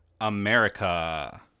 America